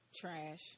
Trash